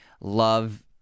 love